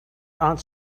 aunt